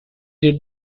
did